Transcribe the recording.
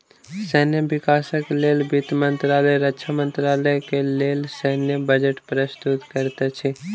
सैन्य विकासक लेल वित्त मंत्रालय रक्षा मंत्रालय के लेल सैन्य बजट प्रस्तुत करैत अछि